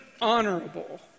honorable